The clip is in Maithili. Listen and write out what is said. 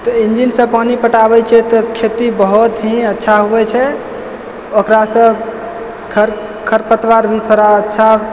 तऽ इंजिनसँ पानि पटाबै छै तऽ खेती बहुत ही अच्छा उगै छै ओकरासँ खर खर पतवार भी थोड़ा अच्छा